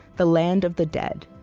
the land of the dead.